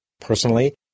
Personally